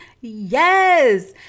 Yes